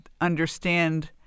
understand